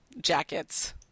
jackets